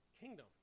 kingdom